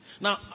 Now